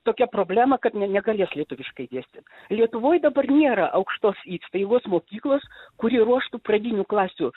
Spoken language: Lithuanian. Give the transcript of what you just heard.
tokia problema kad ne negalės lietuviškai dėstyt lietuvoj dabar nėra aukštos įstaigos mokyklos kuri ruoštų pradinių klasių